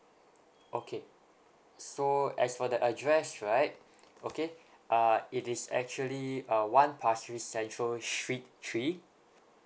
okay so as for the address right okay uh it is actually uh one pasir ris central street three